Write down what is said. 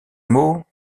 mot